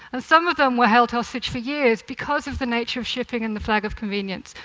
and some of them were held hostage for years because of the nature of shipping and the flag of convenience.